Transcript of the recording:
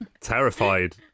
terrified